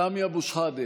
די.